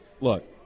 look